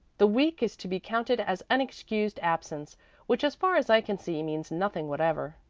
the week is to be counted as unexcused absence which as far as i can see means nothing whatever.